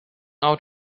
out